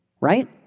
right